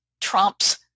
trumps